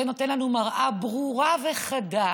זה נותן לנו מראה ברורה וחדה